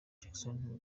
jackson